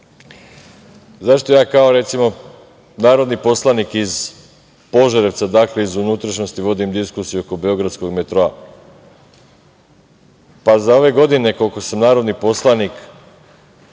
ja kao, recimo, narodni poslanik iz Požarevca, dakle iz unutrašnjosti, vodim diskusiju oko beogradskog metroa? Za ove godine koliko sam narodni poslanik